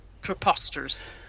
preposterous